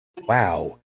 Wow